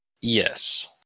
Yes